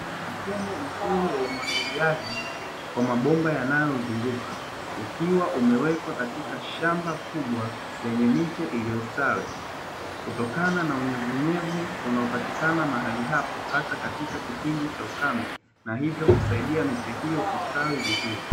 Mfumo mzuri wa umwagiliaji kwa mabomba yanayozunguka, ukiwa umewekwa katika shamba kubwa lenye miche iliyostawi kutokana na unyevuunyevu unaopatikana mahali hapo hata katika kipindi cha ukame na hivyo kusaidia miche iyo kustawi vizuri.